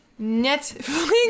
Netflix